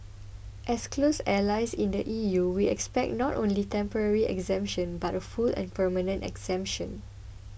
as close allies in the E U we expect not only temporary exemption but a full and permanent exemption